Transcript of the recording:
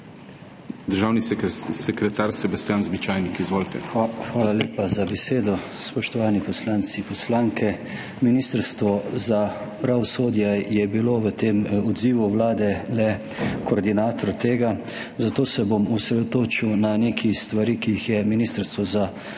(državni sekretar MP): Hvala lepa za besedo. Spoštovani poslanci, poslanke! Ministrstvo za pravosodje je bilo v tem odzivu Vlade le koordinator tega, zato se bom osredotočil na nekaj stvari, ki jih je Ministrstvo za pravosodje